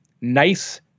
Nice